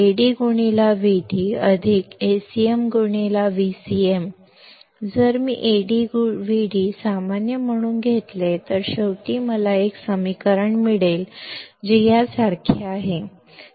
ಆದ್ದರಿಂದ ಈಗ VoAdVdAcmVcm ಆಗಿದ್ದರೆ ನಾನು AdVd ಯನ್ನು ಸಾಮಾನ್ಯವೆಂದು ತೆಗೆದುಕೊಂಡರೆ ಅಂತಿಮವಾಗಿ ನಾನು ಇದಕ್ಕೆ ಸಮನಾಗಿರುವ ಸಮೀಕರಣವನ್ನು ಪಡೆಯುತ್ತೇನೆ